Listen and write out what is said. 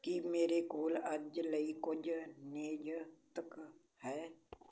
ਕੀ ਮੇਰੇ ਕੋਲ ਅੱਜ ਲਈ ਕੁਝ ਨਿਯਤ ਕ ਹੈ